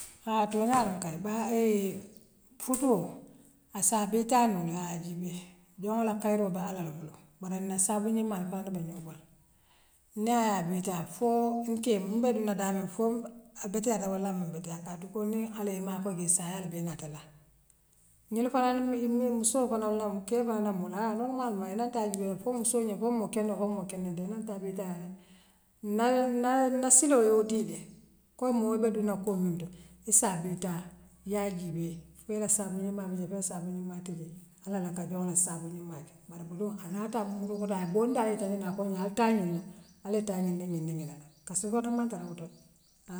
Haa tooňaaloŋ kay bare futoo assaa betiyaanuŋ haa ye bi bi bii woo la kayroo be allah la bulu bare na saabuňimmaa mbe ate bee ňoŋ borla na ayaa betiyaa foo nkee mbe duŋna daami fo abetiyaata wala aman betiyaa taatu ko niŋ allah yee maakoy bii saayaal bee na atela ňinu fanaŋ mi miŋ mussool kono lemu keel baa nanbu haa norumalëman ika taa jiibeela foo mussoo ňiŋ foo moo kendoo loŋ foo moo kendoo teŋ nante abetiyata na na na siloo ye woo diile ko mool be duŋna kuool minte issaa biitaa yaa jiibee fo ila sabuňimmaa bijee fo ila sabuňimmaa tijee allah laka joo le saabuňimmaa ti bare mundoo anaata a amundoo koto aye doo leta yitandi a koo ňiye alyee taa ňin ne al yee taa ňiŋdii ňiŋ ňiŋdii nanan kassubooto man kee a kototi haa